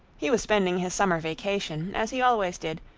he was spending his summer vacation, as he always did,